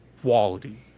quality